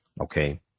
Okay